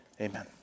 amen